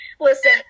Listen